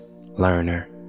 learner